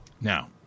Now